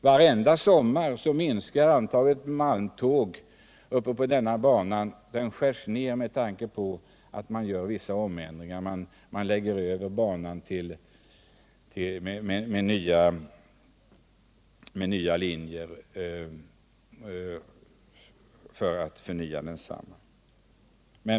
Varje sommar minskar antalet malmtåg på banan. Det skärs ned i samband med att man gör vissa ändringar och lägger över trafiken på andra linjer för att förnya banan.